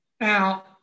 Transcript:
Now